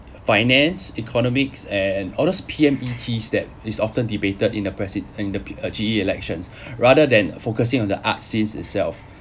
finance economics and all those P_M_E_Ts that is often debated in the presi~ in the G_E elections rather than focusing on the arts scenes itself